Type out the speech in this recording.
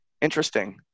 Interesting